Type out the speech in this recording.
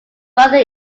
brother